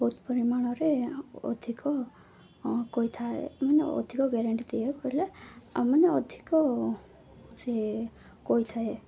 ବହୁତ ପରିମାଣରେ ଅଧିକ କହିଥାଏ ମାନେ ଅଧିକ ଗ୍ୟାରେଣ୍ଟି ଦିଆକୁ କହିଲେ ମାନେ ଅଧିକ ସେ କହିଥାଏ